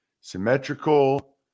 symmetrical